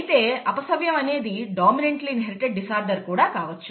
అయితే అపసవ్యం అనేది డొమినంనెంట్లీ ఇన్హెరిటెడ్ డిసార్డర్ కూడా కావచ్చు